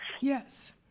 Yes